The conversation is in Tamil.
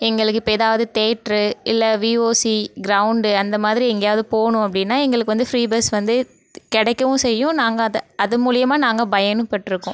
எங்களுக்கு இப்போ எதாவது தியேட்ரு இல்லை விஓசி க்ரௌண்டு அந்தமாதிரி எங்கேயாவது போகணும் அப்படின்னா எங்களுக்கு வந்து ஃப்ரீ பஸ் வந்து கிடைக்கவும் செய்யும் நாங்கள் அதை அதுமூலியமாக நாங்கள் பயனும் பெற்றுக்கோம்